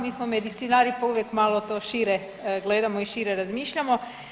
Mi smo medicinari pa uvijek malo to šire gledamo i šire razmišljamo.